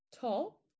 top